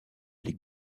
les